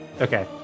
okay